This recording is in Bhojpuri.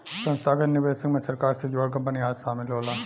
संस्थागत निवेशक मे सरकार से जुड़ल कंपनी आदि शामिल होला